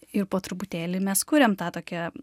ir po truputėlį mes kuriam tą tokią